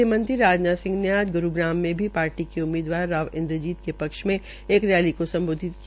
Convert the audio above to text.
ग़हमंत्री राजनाथ सिंह ने आज ग़्रूग़ाम में भी पार्टी के उम्मीदवार राव इन्द्रजीत राव के पक्ष मे एक रैली को सम्बोधित किया